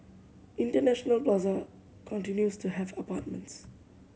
International Plaza continues to have apartments